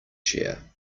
chair